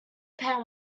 pan